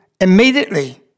immediately